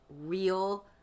real